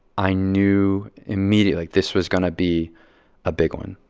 i knew immediately this was going to be a big one.